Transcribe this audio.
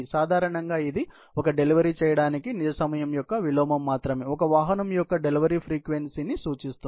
సాధారణంగా ఇది ఒక డెలివరీ చేయడానికి నిజ సమయం యొక్క విలోమం మాత్రమే ఒక వాహనం కోసం డెలివరీ ఫ్రీక్వెన్సీని సూచిస్తుంది